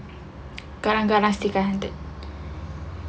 garang-garang still kind hearted